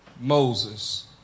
Moses